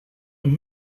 and